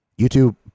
YouTube